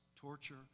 torture